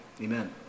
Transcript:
Amen